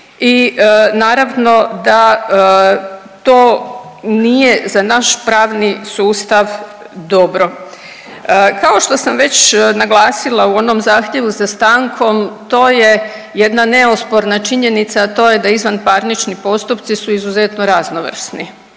i naravno da to nije za naš pravni sustav dobro. Kao što sam već naglasila u onom zahtjevu za stankom, to je jedna neosporna činjenica, a to je da izvanparnični postupci su izuzetno raznovrsni,